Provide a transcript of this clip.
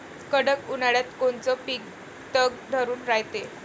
कडक उन्हाळ्यात कोनचं पिकं तग धरून रायते?